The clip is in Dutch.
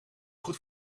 goed